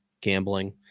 Gambling